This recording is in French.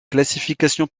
classifications